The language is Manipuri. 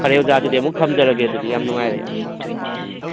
ꯐꯔꯦ ꯑꯣꯖꯥ ꯑꯗꯨꯗꯤ ꯑꯃꯨꯛ ꯊꯝꯖꯔꯒꯦ ꯑꯗꯨꯗꯤ ꯌꯥꯝ ꯅꯨꯡꯉꯥꯏꯔꯦ ꯌꯥꯝ ꯅꯨꯡꯉꯥꯏꯔꯦ ꯎꯝ